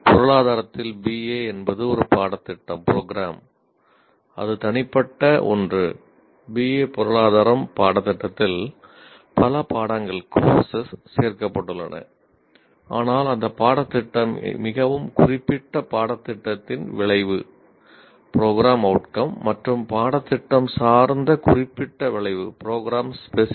பொருளாதாரத்தில் பி